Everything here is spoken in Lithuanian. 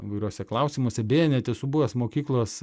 įvairiuose klausimuose beje net esu buvęs mokyklos